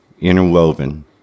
interwoven